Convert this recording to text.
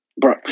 bro